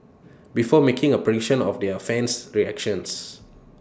before making A prediction of their fan's reactions